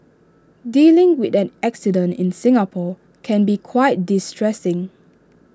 dealing with an accident in Singapore can be quite distressing